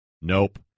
Nope